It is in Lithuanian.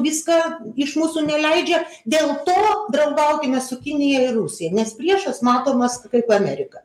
viską iš mūsų neleidžia dėl to draugaukime su kinija ir rusija nes priešas matomas kaip amerika